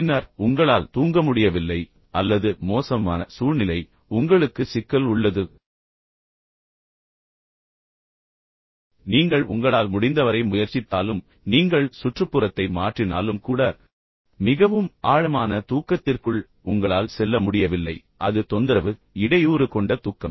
பின்னர் உங்களால் தூங்க முடியவில்லை அல்லது மோசமான சூழ்நிலை உங்களுக்கு சிக்கல் உள்ளது நீங்கள் உங்களால் முடிந்தவரை முயற்சித்தாலும் நீங்கள் சுற்றுப்புறத்தை மாற்றினாலும் கூட மிகவும் ஆழமான தூக்கத்திற்குள் உங்களால் செல்லமுடியவில்லை அது தொந்தரவு இடையூறு கொண்ட தூக்கம்